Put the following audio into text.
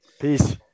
Peace